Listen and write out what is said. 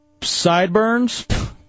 Sideburns